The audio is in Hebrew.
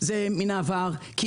זה מן העבר.